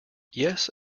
yes